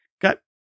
got